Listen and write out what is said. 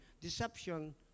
Deception